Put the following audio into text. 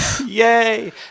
Yay